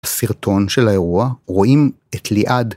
סרטון של האירוע רואים את ליעד.